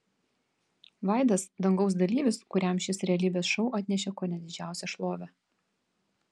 vaidas dangaus dalyvis kuriam šis realybės šou atnešė kone didžiausią šlovę